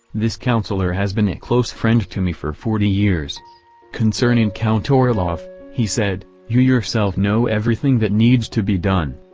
this counselor has been a close friend to me for forty years concerning count orloff, he said, you yourself know everything that needs to be done.